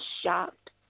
shocked